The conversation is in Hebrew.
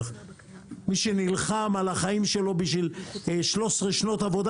מי שנלחם על החיים שלו בשביל 13 שנות עבודה